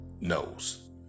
knows